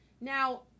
now